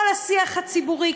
כל השיח הציבורי,